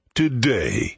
today